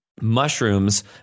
mushrooms